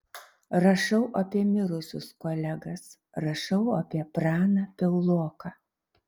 rašau apie mirusius kolegas rašau apie praną piauloką